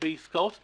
שבעסקאות טלפוניות,